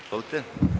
Izvolite.